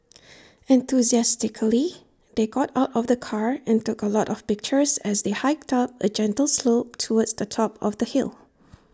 enthusiastically they got out of the car and took A lot of pictures as they hiked up A gentle slope towards the top of the hill